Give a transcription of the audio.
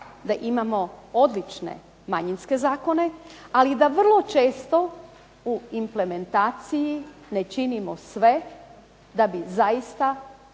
da imamo odlične manjinske zakone, ali da vrlo često u implementaciji ne činimo sve da bi zaista